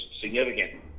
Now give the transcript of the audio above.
significant